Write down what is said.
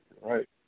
right